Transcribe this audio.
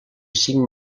cinc